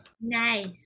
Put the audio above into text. Nice